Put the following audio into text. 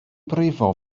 brifo